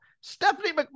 Stephanie